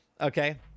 Okay